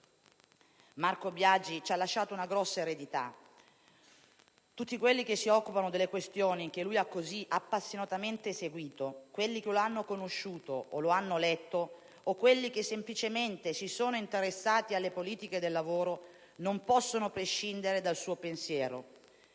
Marco Biagi ci ha lasciato una grossa eredità: tutti quelli che si occupano delle questioni che lui ha così appassionatamente seguito, quelli che lo hanno conosciuto o lo hanno letto, o quelli che semplicemente si sono interessati alle politiche del lavoro non possono prescindere dal suo pensiero.